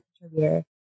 contributor